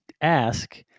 ask